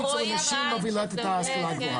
רואים בעין שזה עולה.